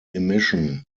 emission